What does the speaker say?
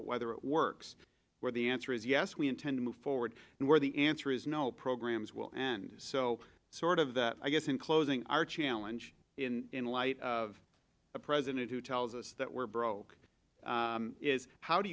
but whether it works where the answer is yes we intend to move forward and where the answer is no programs will end so sort of that i guess in closing our challenge in light of a president who tells us that we're broke